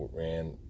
ran